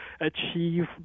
achieve